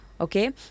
Okay